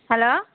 hello